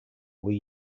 were